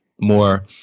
more